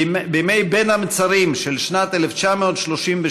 בימי בין המצרים של שנת 1938,